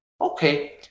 okay